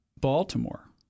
Baltimore